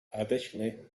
additionally